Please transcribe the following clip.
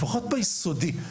לפחות ביסודי,